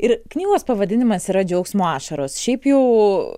ir knygos pavadinimas yra džiaugsmo ašaros šiaip jau